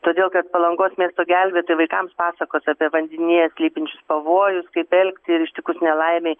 todėl kad palangos miesto gelbėtojai vaikams pasakos apie vandenyje slypinčius pavojus kaip elgtis ištikus nelaimei